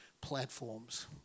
platforms